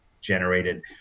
generated